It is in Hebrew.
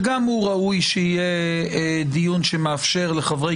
שגם בו ראוי שיהיה דיון שמאפשר לחברי